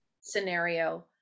scenario